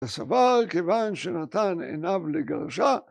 ‫וסבר כיוון שנתן עיניו לגרשה.